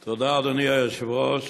תודה, אדוני היושב-ראש.